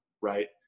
right